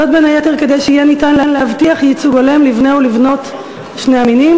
בין היתר כדי שיהיה ניתן להבטיח ייצוג הולם לבני ולבנות שני המינים